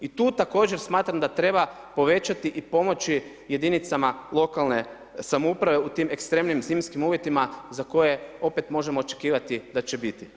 I tu također smatram da treba povećati i pomoći jedinicama lokalne samouprave u tim ekstremnim zimskim uvjetima, za koje opet možemo očekivati da će biti.